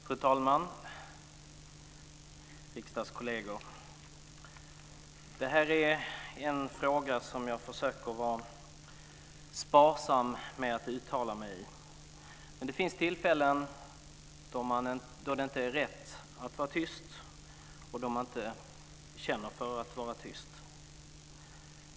Fru talman! Riksdagskolleger! Detta är en fråga som jag försöker vara sparsam med att uttala mig om. Men det finns tillfällen då det inte är rätt att vara tyst och då man inte känner för att vara tyst.